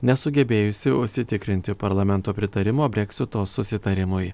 nesugebėjusi užsitikrinti parlamento pritarimo breksito susitarimui